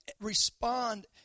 respond